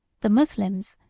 the moslems,